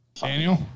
Daniel